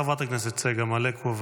חברת הכנסת צגה מלקו,